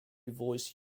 voiced